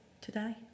today